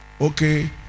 Okay